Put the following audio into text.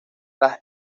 las